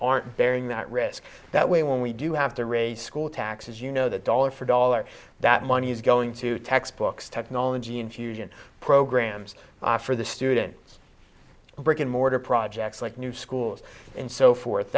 aren't bearing that risk that way when we do have to raise school taxes you know that dollar for dollar that money is going to textbooks technology infusion programs for the student brick and mortar projects like new schools and so forth